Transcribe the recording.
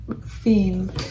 theme